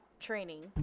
training